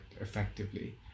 effectively